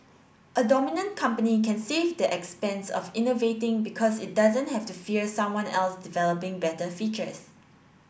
a dominant company can save the expense of innovating because it doesn't have to fear someone else developing better features